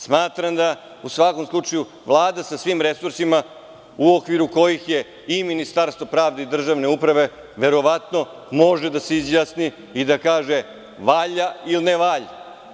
Smatram da Vlada sa svim resursima, u okviru kojih je i Ministarstvo pravde i državne uprave, verovatno možeda se izjasni i da kaže – valja ili ne valja.